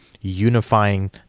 unifying